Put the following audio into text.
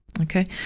Okay